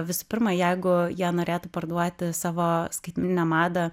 visų pirma jeigu jie norėtų parduoti savo skaitmeninę madą